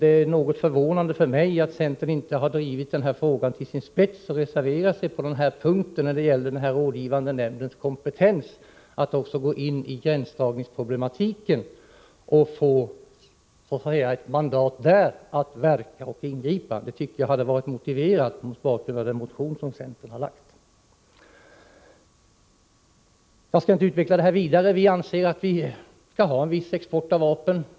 Det är något förvånande för mig att centern inte drivit den här frågan till sin spets och reserverat sig när det gäller den rådgivande nämndens kompetens, gått in i gränsdragningsproblematiken och där så att säga fått mandat att verka och ingripa. Jag tycker att det hade varit motiverat mot bakgrund av den motion som centern lämnat. Jag skall inte utveckla detta vidare. Vi anser att vi skall ha en viss export av vapen.